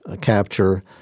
capture